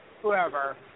whoever